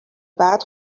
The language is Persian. بعد